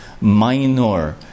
Minor